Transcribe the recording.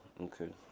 okay